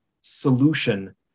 solution